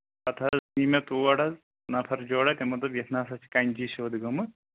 پَتہٕ حظ نی مےٚ تور حظ نَفر جوراہ تِمو دوٚپ یَتھ نہ سا چھِ کَنچی سیوٚد گٔمٕژ